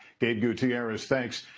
gabe gutierrez, thanks.